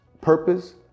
purpose